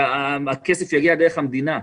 שהכסף יגיע דרך המדינה.